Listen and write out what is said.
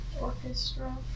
Orchestra